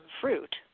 fruit